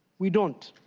we don't.